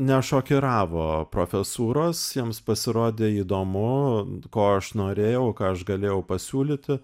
nešokiravo profesūros jiems pasirodė įdomu ko aš norėjau ką aš galėjau pasiūlyti